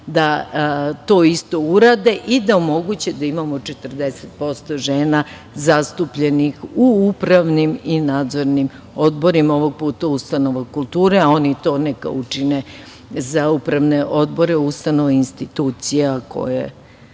da to isto urade i da omoguće da imamo 40% žena zastupljenih u upravnim i nadzornim odborima ovog puta ustanova kulture, a oni to neka učine za uprave odbore ustanova i institucija koje